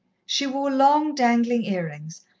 she wore long, dangling ear-rings,